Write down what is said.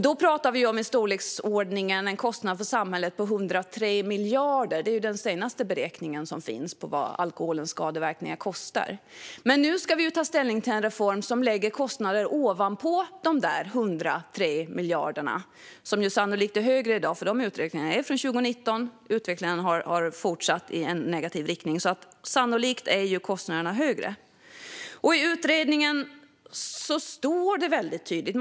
Då pratar vi om en kostnad för samhället på 103 miljarder. Det är den senaste beräkningen som finns av vad alkoholens skadeverkningar kostar. Men nu ska vi ta ställning till en reform som lägger kostnader ovanpå dessa 103 miljarder. Det är sannolikt en högre kostnad i dag - uträkningen är från 2019, och utvecklingen har fortsatt i en negativ riktning. Kostnaden är alltså sannolikt högre. I utredningen står det väldigt tydligt.